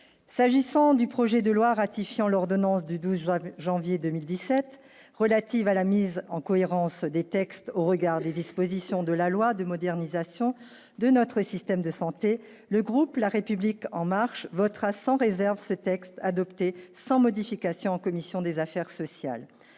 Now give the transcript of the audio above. s'agissant du projet de loi ratifiant l'ordonnance du 12 juin, janvier 2017 relative à la mise en cohérence des textes au regard des dispositions de la loi de modernisation de notre système de santé le groupe la République en marche votera sans réserve ce texte adopté sans modification en commission des affaires sociales,